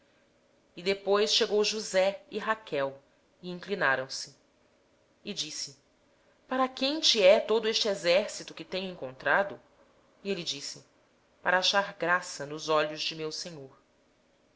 depois chegaram se josé e raquel e se inclinaram perguntou esaú que queres dizer com todo este bando que tenho encontrado respondeu jacó para achar graça aos olhos de meu senhor